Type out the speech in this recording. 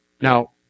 Now